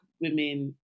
women